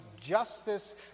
justice